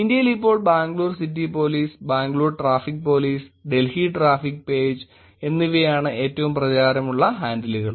ഇന്ത്യയിൽ ഇപ്പോൾ Bangalore city police Bangalore traffic police Delhi traffic page എന്നിവയാണ് ഏറ്റവും പ്രചാരമുള്ള ഹാൻഡിലുകൾ